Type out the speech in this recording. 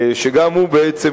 וגם הוא בעצם,